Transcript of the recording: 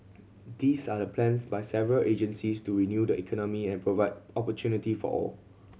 these are the plans by several agencies to renew the economy and provide opportunity for all